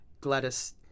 Gladys